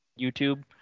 youtube